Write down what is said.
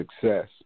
success